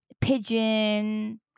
pigeon